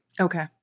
Okay